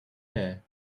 air